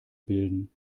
bilden